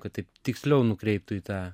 kad taip tiksliau nukreiptų į tą